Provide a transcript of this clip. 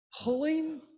pulling